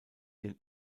den